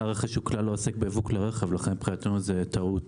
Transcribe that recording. הרכש כלל לא עוסק בייבוא כלי רכב לכן מבחינתנו זו טעות